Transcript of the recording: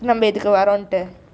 நம்ம இதற்கு வரோம்:namma itharku varom